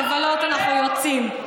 לבלות אנחנו רוצים,